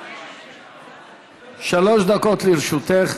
שלוש דקות לרשותך,